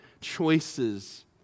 choices